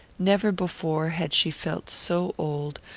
never before had she felt so old,